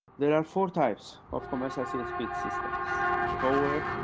there are four types of commercial csp systems tower,